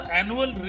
annual